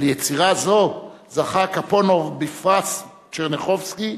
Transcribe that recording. על יצירה זו זכה גפונוב בפרס טשרניחובסקי.